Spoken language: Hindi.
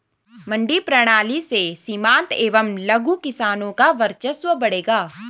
मंडी प्रणाली से सीमांत एवं लघु किसानों का वर्चस्व बढ़ेगा